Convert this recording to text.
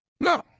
No